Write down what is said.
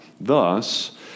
Thus